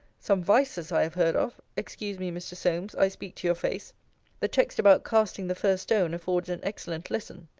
some vices i have heard of excuse me, mr. solmes, i speak to your face the text about casting the first stone affords an excellent lesson.